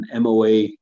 MOA